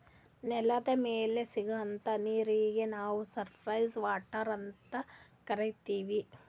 ನೆಲದ್ ಮ್ಯಾಲ್ ಸಿಗಂಥಾ ನೀರೀಗಿ ನಾವ್ ಸರ್ಫೇಸ್ ವಾಟರ್ ಅಂತ್ ಕರೀತೀವಿ